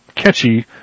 Catchy